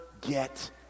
get